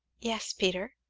yes, peter.